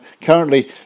Currently